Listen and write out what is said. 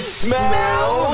smell